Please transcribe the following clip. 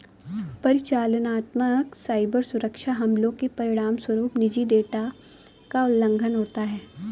परिचालनात्मक साइबर सुरक्षा हमलों के परिणामस्वरूप निजी डेटा का उल्लंघन होता है